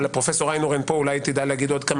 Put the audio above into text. פרופ' איינהורן כאן ואולי היא תדע לומר עוד כמה